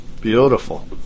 Beautiful